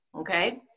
Okay